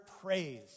praise